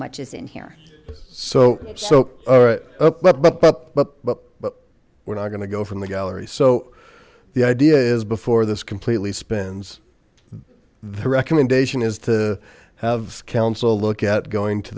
much is in here so so alright but but but but we're not gonna go from the gallery so the idea is before this completely spends the recommendation is to have counsel look at going to